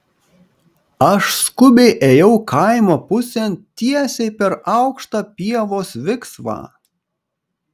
aš skubiai ėjau kaimo pusėn tiesiai per aukštą pievos viksvą